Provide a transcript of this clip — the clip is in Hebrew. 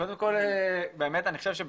קודם כל באמת אני חושב,